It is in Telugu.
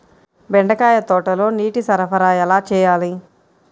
బెండకాయ తోటలో నీటి సరఫరా ఎలా చేయాలి?